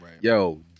Yo